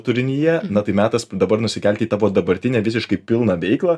turinyje na tai metas dabar nusikelti į tavo dabartinę visiškai pilną veiklą